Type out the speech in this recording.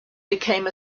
became